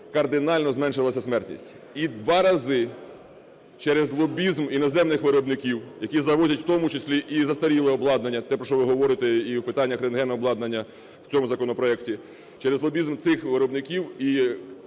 кардинально зменшилась смертність. І два рази через лобізм іноземних виробників, які завозять в тому числі і застаріле обладнання – те, про ви говорите, і в питаннях рентгенобладнання в цьому законопроекті – через лобізм цих виробників і